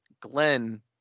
Glenn